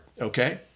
okay